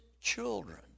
children